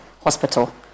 hospital